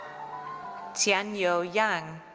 tian-yo yang.